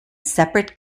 separate